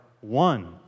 one